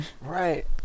Right